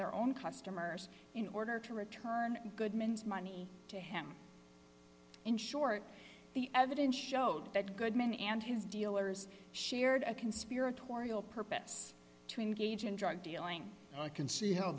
their own customers in order to return goodmans money to him in short the evidence showed that goodman and his dealers shared a conspiratorial purpose to engage in drug dealing and i can see how